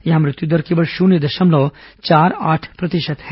यहां मृत्युदर केवल शून्य दशमलव चार आठ प्रतिशत है